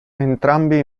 entrambi